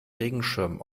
regenschirm